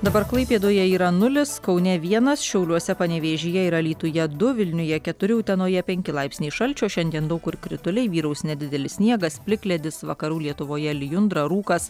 dabar klaipėdoje yra nulis kaune vienas šiauliuose panevėžyje ir alytuje du vilniuje keturi utenoje penki laipsniai šalčio šiandien daug kur krituliai vyraus nedidelis sniegas plikledis vakarų lietuvoje lijundra rūkas